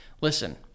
listen